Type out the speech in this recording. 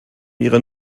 ihre